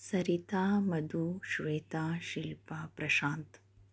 Sarita Madhu Shweta Shilpa Prashant